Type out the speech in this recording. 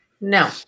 no